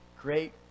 great